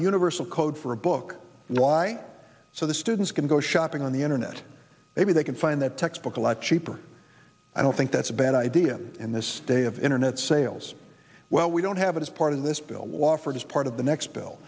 universal code for a book and why so the students can go shopping on the internet maybe they can find that textbook a lot cheaper i don't think that's a bad idea in this day of internet sales well we don't have it as part of this bill was offered as part of the next bill